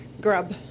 grub